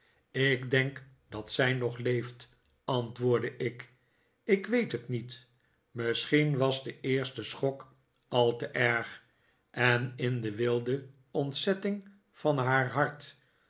ik denk dat zij nog leeft antwoordde ik ik weet het niet misschien was de eerste schok al te erg en in de wilde ontzetting van haar hart